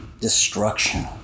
destruction